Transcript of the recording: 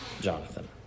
Jonathan